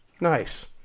Nice